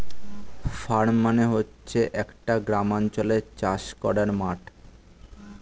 farm মানে হচ্ছে একটা গ্রামাঞ্চলে চাষ করার মাঠ